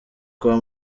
kwa